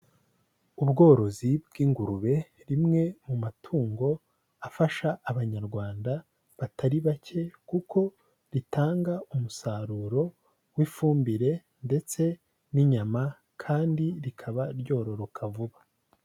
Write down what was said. Ubworozi bw'ingurube rimwe mu matungo afasha Abanyarwanda batari bake kuko ritanga umusaruro w'ifumbire ndetse n'inyama kandi rikaba ryororoka vuba.